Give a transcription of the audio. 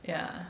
yeah